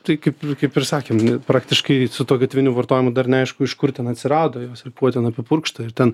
tai kaip kaip ir sakėm m praktiškai su tuo gatviniu vartojimu dar neaišku iš kur ten atsirado jos ir kuo ten apipurkšta ir ten